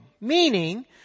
Meaning